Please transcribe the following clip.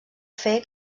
fer